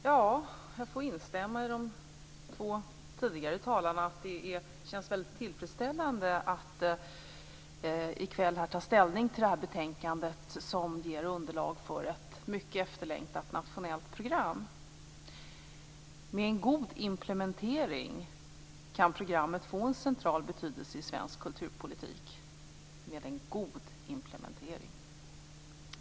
Herr talman! Jag får instämma med de två tidigare talarna i att det känns tillfredsställande att i kväll ta ställning till detta betänkande som ger underlag för ett mycket efterlängtat nationellt program. Med en god implementering kan programmet få en central betydelse i svensk kulturpolitik.